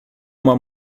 uma